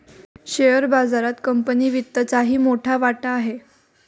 share बाजारात company वित्तचाही मोठा वाटा आहे